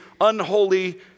unholy